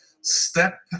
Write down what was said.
step